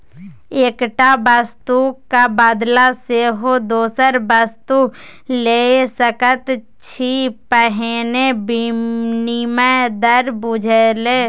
एकटा वस्तुक क बदला सेहो दोसर वस्तु लए सकैत छी पहिने विनिमय दर बुझि ले